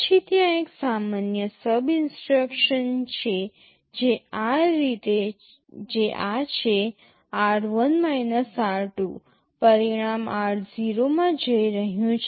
પછી ત્યાં એક સામાન્ય SUB ઇન્સટ્રક્શન છે જે આ છે r1 r2 પરિણામ r0 માં જઈ રહ્યું છે